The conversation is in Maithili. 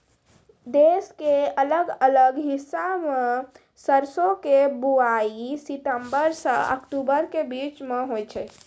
देश के अलग अलग हिस्सा मॅ सरसों के बुआई सितंबर सॅ अक्टूबर के बीच मॅ होय छै